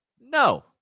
No